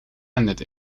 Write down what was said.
ended